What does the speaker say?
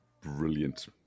Brilliant